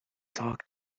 talk